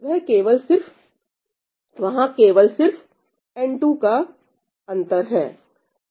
वह केवल सिर्फ n2 अंतर है